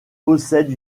possède